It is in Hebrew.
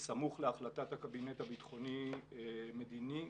בסמוך להחלטת הקבינט הביטחוני מדיני,